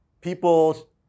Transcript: people